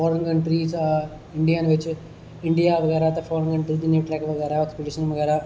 foreign country च India च इडियां बैगरा ते फार्न कंट्री च ट्रक बगैरा कम्पीटिशन बगैरा